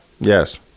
Yes